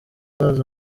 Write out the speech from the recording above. baza